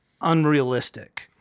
unrealistic